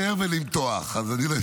שתצליח.